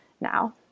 now